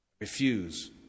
Refuse